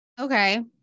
Okay